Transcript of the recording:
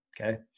okay